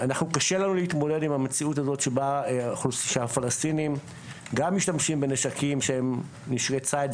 קשה לנו להתמודד עם המציאות שהפלסטינים גם משתמשים בנשקים שהם נשקי ציד,